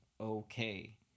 okay